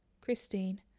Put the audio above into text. Christine